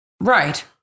Right